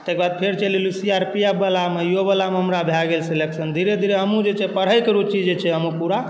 ताहिके बाद फेर चलि अएलहुँ सी आर पी एफ वलामे इहोवलामे हमरा भऽ गेल सेलेक्शन धीरे धीरे हमहूँ जे छै पढ़ैके रुचि जे छै हमर पूरा